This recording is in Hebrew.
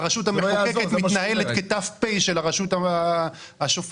זה שהרשות המחוקקת מתנהלת כת"פ של הרשות השופטת